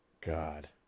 God